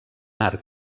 art